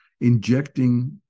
injecting